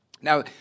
Now